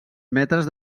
metres